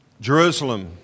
Jerusalem